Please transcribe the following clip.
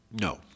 No